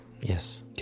Yes